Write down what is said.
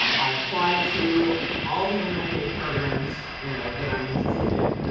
um i applied to all the and mfa programs you know that i'm interested in,